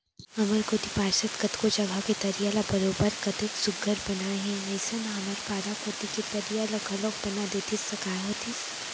हमर कोती पार्षद कतको जघा के तरिया ल बरोबर कतेक सुग्घर बनाए हे अइसने हमर पारा कोती के तरिया ल घलौक बना देतिस त काय होतिस